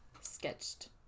sketched